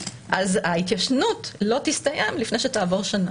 אז ההתיישנות לא תסתיים לפני שתעבור שנה.